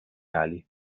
ali